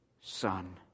Son